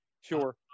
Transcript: Sure